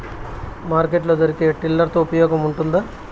Market లో దొరికే tiller తో ఉపయోగం ఉంటుందా?